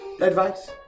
advice